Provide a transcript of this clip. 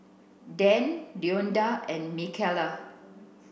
Dan Deonta and Micayla